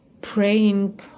praying